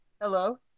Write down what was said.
Hello